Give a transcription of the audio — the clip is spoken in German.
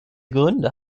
gründe